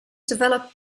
developed